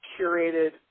curated